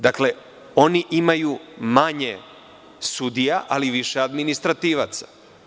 Dakle, oni imaju manje sudija, ali više administrativaca.